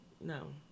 no